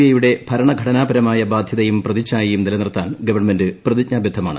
ഐയുടെ ഭരണഘടനാപരമായ ബാധൃതയും പ്രതിച്ഛായയും നിലനിർത്താൻ ഗവൺമെന്റ് പ്രതിജ്ഞാബന്ധമാണ്